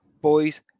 Boys